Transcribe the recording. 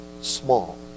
small